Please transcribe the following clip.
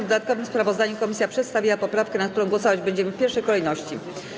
W dodatkowym sprawozdaniu komisja przedstawiła poprawkę, nad którą głosować będziemy w pierwszej kolejności.